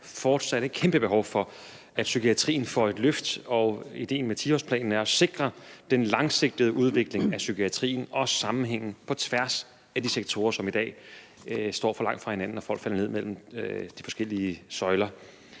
fortsat et kæmpe behov for, at psykiatrien får et løft, og ideen med 10-årsplanen er at sikre den langsigtede udvikling af psykiatrien og sammenhængen på tværs af de sektorer, som i dag står for langt fra hinanden, og hvor folk falder ned mellem de forskellige stole.